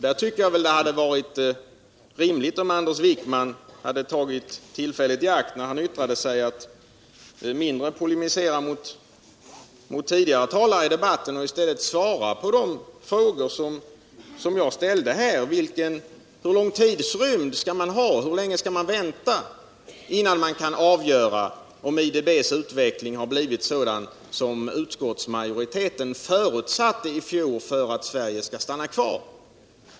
Där hade det varit rimligt om Anders Wijkman hade tagit tillfället i akt och mindre polemiserat mot tidigare talare i debatten och i stället svarat på de frågor som jag ställde här: Hur länge skall man vänta innan man kan avgöra om IDB:s utveckling blivit sådan som utskottsmajoriteten förutsatte i fjol för att Sverige skall stanna kvar?